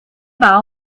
war